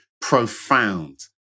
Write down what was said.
profound